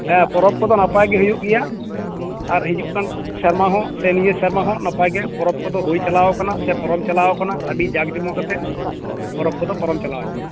ᱦᱮᱸ ᱯᱚᱨᱚᱵᱽ ᱠᱚᱫᱚ ᱱᱟᱯᱟᱭ ᱜᱮ ᱦᱩᱭᱩᱜ ᱜᱮᱭᱟ ᱟᱨ ᱦᱤᱡᱩᱜ ᱠᱟᱱ ᱥᱮᱨᱢᱟ ᱦᱚᱸ ᱥᱮ ᱱᱤᱭᱟᱹ ᱥᱮᱨᱢᱟ ᱦᱚᱸ ᱱᱟᱯᱟᱭ ᱜᱮ ᱯᱚᱨᱚᱵᱽ ᱠᱚᱫᱚ ᱦᱩᱭ ᱪᱟᱞᱟᱣ ᱟᱠᱟᱱᱟ ᱥᱮ ᱯᱟᱨᱚᱢ ᱪᱟᱞᱟᱣ ᱟᱠᱟᱱᱟ ᱟᱹᱰᱤ ᱡᱟᱠ ᱡᱚᱢᱚᱠ ᱟᱛᱮᱫ ᱯᱚᱨᱚᱵᱽ ᱠᱚᱫᱚ ᱯᱟᱨᱚᱢ ᱪᱟᱞᱟᱣ ᱟᱠᱟᱱᱟ